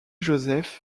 joseph